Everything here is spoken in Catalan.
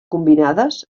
combinades